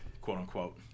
quote-unquote